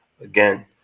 again